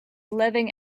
living